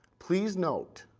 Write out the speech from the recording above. please note,